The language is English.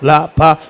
Lapa